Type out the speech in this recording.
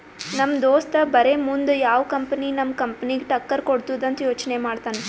ನಮ್ ದೋಸ್ತ ಬರೇ ಮುಂದ್ ಯಾವ್ ಕಂಪನಿ ನಮ್ ಕಂಪನಿಗ್ ಟಕ್ಕರ್ ಕೊಡ್ತುದ್ ಅಂತ್ ಯೋಚ್ನೆ ಮಾಡ್ತಾನ್